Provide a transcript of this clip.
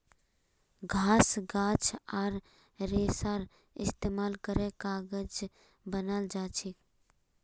घास गाछ आर रेशार इस्तेमाल करे कागज बनाल जाछेक